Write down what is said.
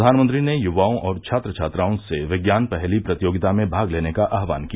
प्रधानमंत्री ने युवाओं और छात्र छात्राओं से विज्ञान पहेली प्रतियोगिता में भाग लेने का आहवान किया